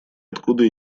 откуда